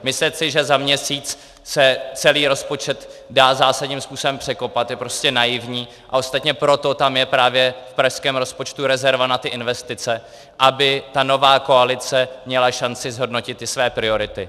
Myslet si, že za měsíc se celý rozpočet dá zásadním způsobem překopat, je prostě naivní, a ostatně proto tam je právě v pražském rozpočtu rezerva na investice, aby nová koalice měla šanci zhodnotit své priority.